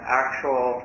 actual